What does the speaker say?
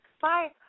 Bye